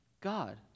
God